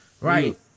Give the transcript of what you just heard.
right